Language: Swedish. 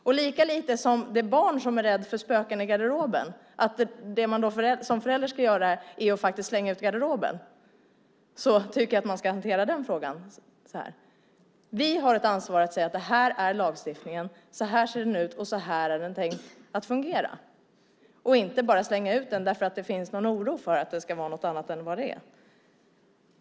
Man ska hantera den här frågan på samma sätt som man gör som förälder till ett barn som är rädd för spöken i garderoben. Då ska man inte slänga ut garderoben. Vi har ett ansvar för att säga: Det här är lagstiftningen. Så här ser den ut, och så här är den tänkt att fungera. Vi ska inte bara slänga ut den därför att det finns en oro för att den ska vara något annat än vad den är.